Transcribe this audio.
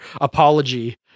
apology